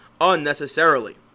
unnecessarily